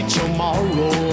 tomorrow